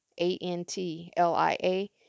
A-N-T-L-I-A